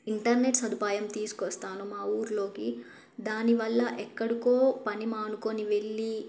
internet సదుపాయం తీసుకొస్తాను మా ఊరులోకి దానివల్ల ఎక్కడికో పని మానుకుని వెళ్ళి